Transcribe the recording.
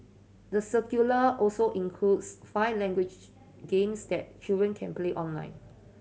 the curricula also includes five language games that children can play online